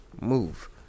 Move